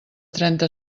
trenta